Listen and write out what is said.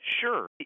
Sure